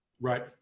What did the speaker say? Right